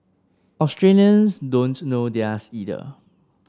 Australians don't know theirs either